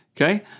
Okay